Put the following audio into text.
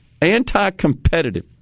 anti-competitive